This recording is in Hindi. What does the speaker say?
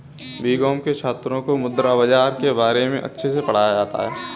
बीकॉम के छात्रों को मुद्रा बाजार के बारे में अच्छे से पढ़ाया जाता है